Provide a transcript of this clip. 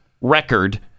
Record